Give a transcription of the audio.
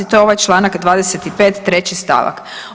To je ovaj članak 25. 3. stavak.